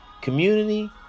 Community